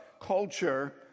culture